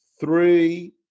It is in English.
three